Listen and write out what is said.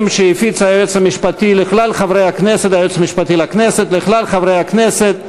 שהפיץ היועץ המשפטי לכנסת לכלל חברי הכנסת,